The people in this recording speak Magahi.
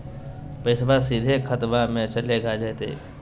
पैसाबा सीधे खतबा मे चलेगा जयते?